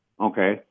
Okay